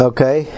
Okay